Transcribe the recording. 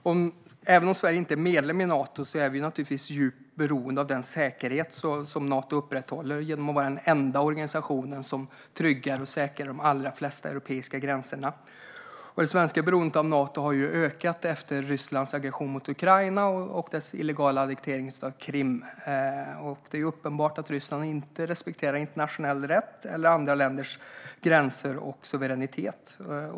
Även om Sverige inte är medlem i Nato är vi givetvis djupt beroende av den säkerhet som Nato upprätthåller genom att vara den enda organisation som tryggar och säkrar de allra flesta europeiska gränser. Det svenska beroendet av Nato har ökat efter Rysslands aggression mot Ukraina och illegala annektering av Krim. Det är uppenbart att Ryssland inte respekterar internationell rätt eller andra länders gränser och suveränitet.